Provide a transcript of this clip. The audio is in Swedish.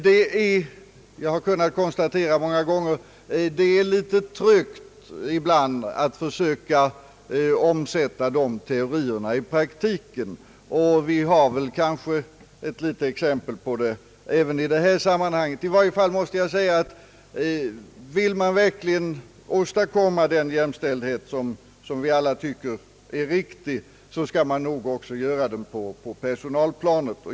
Jag har många gånger kunnat konstatera, att det ibland går litet trögt att försöka omsätta dessa teorier i praktiken. Det finns väl kanske ett litet exempel på detta även i detta sammanhang. I varje fall måste jag säga att man, om man verkligen vill åstadkomma den jämställdhet som vi alla tycker är riktig, nog också bör göra detta på personalplanet.